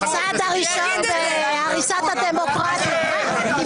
הצעד הראשון בהריסת הדמוקרטיה.